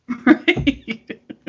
Right